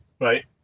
right